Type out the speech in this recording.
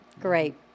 Great